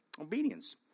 Obedience